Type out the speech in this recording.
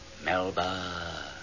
Melba